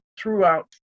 throughout